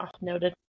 Noted